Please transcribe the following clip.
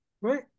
right